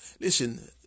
Listen